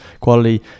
quality